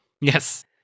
Yes